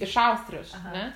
iš austrijos a ne